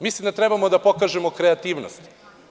Mislim da treba da pokažemo kreativnost.